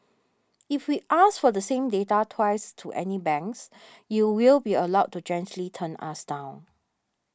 if we ask for the same data twice to any banks you will be allowed to gently turn us down